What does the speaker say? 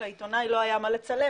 לעיתונאי לא היה מה לצלם,